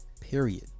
period